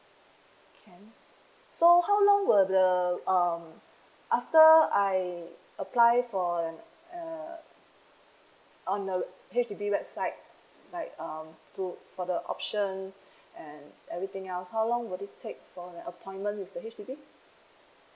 so how long would the um after I apply for an uh on the H_D_B website like um to for the option and everything else how long would it take for the appointment with the H_D_B